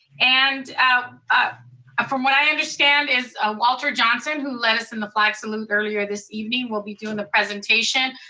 and ah ah from what i understand is ah walter johnson, who lead us in the flag salute earlier this evening, will be doing the presentation.